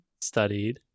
Studied